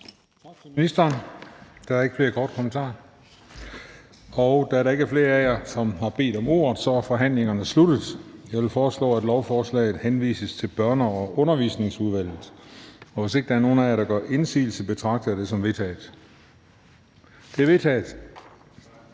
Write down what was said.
Tak til ministeren. Der er ikke flere korte bemærkninger. Da der ikke er flere af jer, som har bedt om ordet, er forhandlingen sluttet. Jeg foreslår, at lovforslaget henvises til Børne- og Undervisningsudvalget, og hvis ingen af jer gør indsigelse, betragter jeg det som vedtaget. Det er vedtaget.